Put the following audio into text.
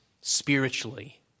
spiritually